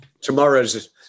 tomorrow's